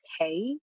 okay